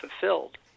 fulfilled—